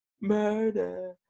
Murder